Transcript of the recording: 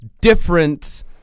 different